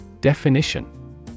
Definition